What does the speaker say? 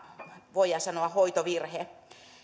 aina hoitovirhe